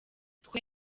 twe